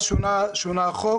החוק שונה,